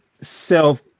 self